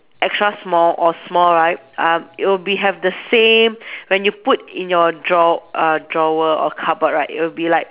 extra small or small right uh it'll be have the same when you put in your draw~ uh drawer or cupboard right it'll be like